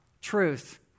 truth